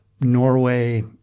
Norway –